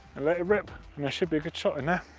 and let it rip, and there should be a good shot and